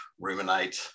ruminate